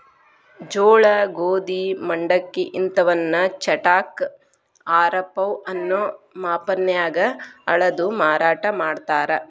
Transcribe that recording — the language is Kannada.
ಜೋಳ, ಗೋಧಿ, ಮಂಡಕ್ಕಿ ಇಂತವನ್ನ ಚಟಾಕ, ಆರಪೌ ಅನ್ನೋ ಮಾಪನ್ಯಾಗ ಅಳದು ಮಾರಾಟ ಮಾಡ್ತಾರ